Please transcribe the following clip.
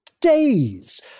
days